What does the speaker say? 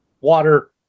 water